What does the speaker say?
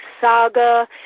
saga